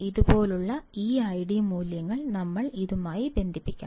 ഇതുപോലുള്ള ഈ ഐഡി മൂല്യങ്ങൾ ഞങ്ങൾ ഇതുമായി ബന്ധിപ്പിക്കണം